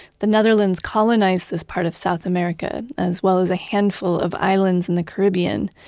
the netherlands colonized this part of south america, as well as a handful of islands in the caribbean.